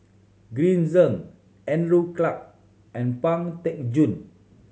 Green Zeng Andrew Clarke and Pang Teck Joon